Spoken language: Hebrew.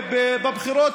הסכנות מבחוץ